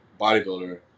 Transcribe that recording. bodybuilder